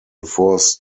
force